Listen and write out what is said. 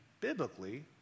biblically